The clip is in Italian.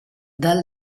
dal